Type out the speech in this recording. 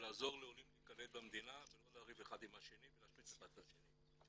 לעזור לעולים להיקלט במדינה ולא לריב אחד עם השני ולהשמיץ אחד את השני.